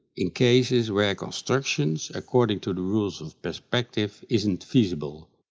in cases where construction according to the rules of perspective isn't feasible.